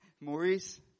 Maurice